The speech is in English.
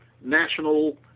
national